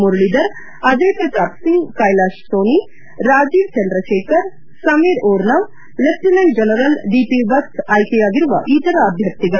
Muralidhar Ajay Pratap Singh Kailash Soni Rajeev Chandrasekhar Sameer Oraon lieutenant general DP Vats ಆಯ್ಕೆಯಾಗಿರುವ ಇತರ ಅಭ್ಯರ್ಥಿಗಳು